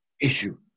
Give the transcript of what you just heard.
issue